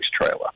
trailer